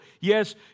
Yes